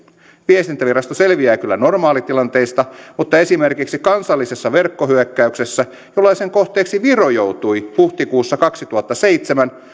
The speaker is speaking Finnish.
viestintävirasto selviää kyllä normaalitilanteista mutta esimerkiksi kansallisessa verkkohyökkäyksessä jollaisen kohteeksi viro joutui huhtikuussa kaksituhattaseitsemän